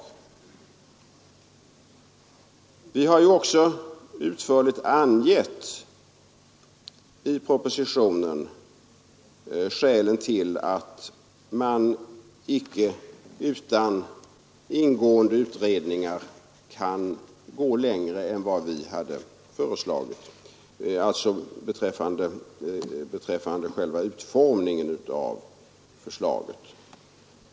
I propositionen har vi också utförligt angivit skälen till att man inte utan ingående utredningar kan gå längre än vi hade föreslagit beträffande själva utformningen av förslaget.